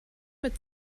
mit